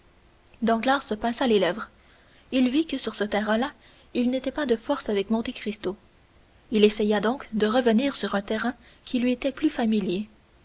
se pinça les lèvres il vit que sur ce terrain là il n'était pas de force avec monte cristo il essaya donc de revenir sur un terrain qui lui était plus familier